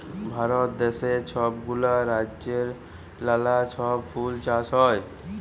ভারত দ্যাশে ছব গুলা রাজ্যেল্লে লালা ছব ফুল চাষ হ্যয়